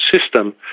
system